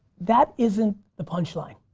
that isn't the punchline.